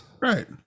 Right